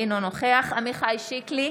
אינו נוכח עמיחי שיקלי,